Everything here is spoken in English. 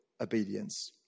obedience